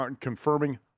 confirming